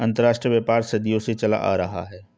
अंतरराष्ट्रीय व्यापार सदियों से चला आ रहा है